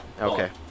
Okay